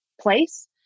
place